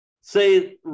Say